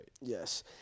Yes